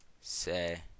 say